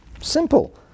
Simple